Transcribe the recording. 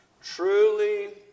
Truly